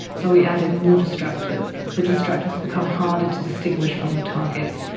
so we add in more distractors. the distractors become harder to distinguish from the targets,